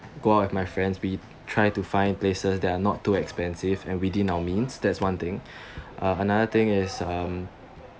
go out with my friends we try to find places that are not too expensive and within our means that's one thing uh another thing is um